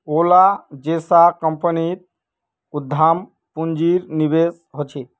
ओला जैसा कम्पनीत उद्दाम पून्जिर निवेश होछे